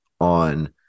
on